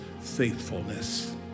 faithfulness